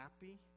happy